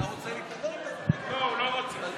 חזר בו.